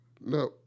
No